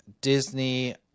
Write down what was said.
Disney